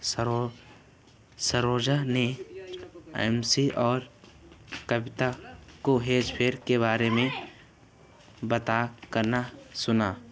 सरोज ने अमीषा और कविता को हेज फंड के बारे में बात करते सुना